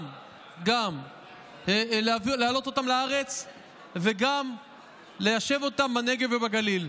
גם להעלות אותם לארץ וגם ליישב אותם בנגב ובגליל.